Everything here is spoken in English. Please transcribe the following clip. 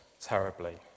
terribly